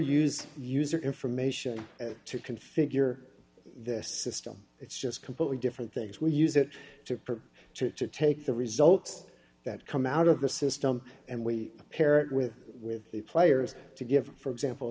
never used user information to configure this system it's just completely different things we use it to her to take the results that come out of the system and we parent with with the players to give for example